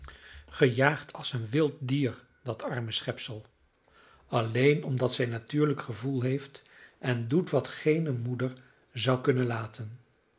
gejaagd als een wild dier dat arme schepsel alleen omdat zij natuurlijk gevoel heeft en doet wat geene moeder zou kunnen laten